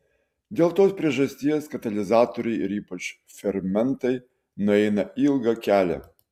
dėl tos priežasties katalizatoriai ir ypač fermentai nueina ilgą kelią